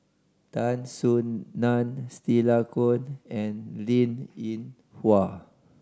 Tan Soo Nan Stella Kon and Linn In Hua